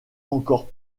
encore